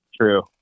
True